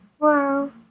Wow